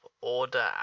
order